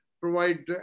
provide